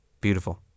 Beautiful